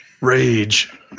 Rage